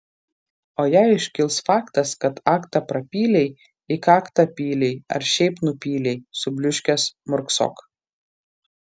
o jei iškils faktas kad aktą prapylei į kaktą pylei ar šiaip nupylei subliūškęs murksok